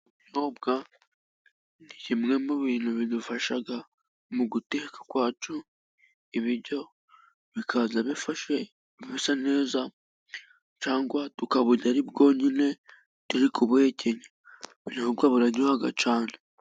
Ubunyobwa ni kimwe mu bintu bidufasha mu guteka kwacu, ibiryo bikaza bifashe bisa neza, cyangwa tukaburya ari bwonyine turi kubuhekenya. Ubunyobwa buraryoha cyane.